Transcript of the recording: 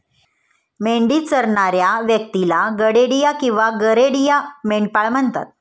मेंढी चरणाऱ्या व्यक्तीला गडेडिया किंवा गरेडिया, मेंढपाळ म्हणतात